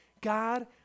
God